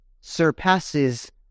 surpasses